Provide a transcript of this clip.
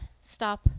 stop